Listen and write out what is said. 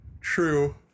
True